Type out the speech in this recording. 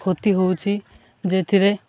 କ୍ଷତି ହେଉଛିି ଯେଉଁଥିରେ